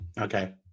Okay